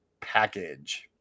package